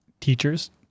teachers